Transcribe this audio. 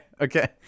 okay